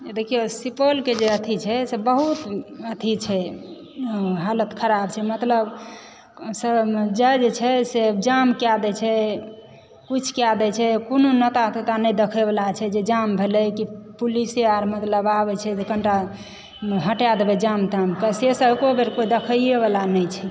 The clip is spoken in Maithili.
देखियो सुपौलके जे अथी छै से बहुत अथी छै हालत खराब छै मतलबसँ जाइत जे छै से जाम कए दय छै कुछ कए दय छै कोनो नेता तेता नहि देखय वला छै की जाम भेलय की पुलिस अर मतलब आबय छै जे कनिटा हटाए देबै जाम ताम से सब एको बेर कोय देखै वला नहि छै